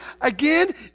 again